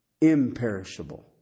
imperishable